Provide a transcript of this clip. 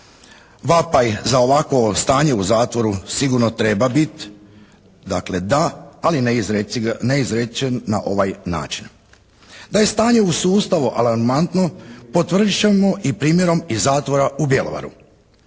Vapaj za ovakovo stanje u zatvoru sigurno treba biti, dakle da, ali ne izrečen na ovaj način. Da je stanje u sustavu alarmantno potvrdit ćemo i primjerom iz zatvora u Bjelovaru.